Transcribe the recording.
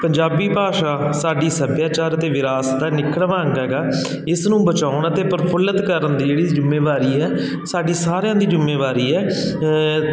ਪੰਜਾਬੀ ਭਾਸ਼ਾ ਸਾਡੀ ਸੱਭਿਆਚਾਰ ਅਤੇ ਵਿਰਾਸਤ ਦਾ ਅਨਿੱਖੜਵਾਂ ਅੰਗ ਹੈਗਾ ਇਸ ਨੂੰ ਬਚਾਉਣ ਅਤੇ ਪ੍ਰਫੁੱਲਿਤ ਕਰਨ ਦੀ ਜਿਹੜੀ ਜ਼ਿੰਮੇਵਾਰੀ ਆ ਸਾਡੀ ਸਾਰਿਆਂ ਦੀ ਜ਼ਿੰਮੇਵਾਰੀ ਹੈ